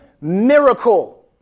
miracle